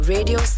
Radio